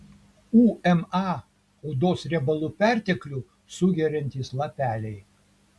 uma odos riebalų perteklių sugeriantys lapeliai